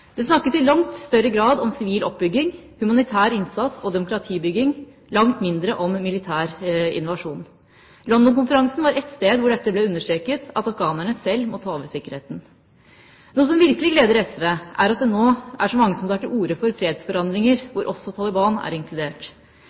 Det snakkes i langt større grad om sivil oppbygging, humanitær innsats og demokratibygging – langt mindre om militær invasjon. London-konferansen var ett sted hvor dette ble understreket, at afghanerne selv må ta over sikkerheten. Noe som virkelig gleder SV, er at det nå er så mange som tar til orde for fredsforhandlinger hvor også Taliban er inkludert.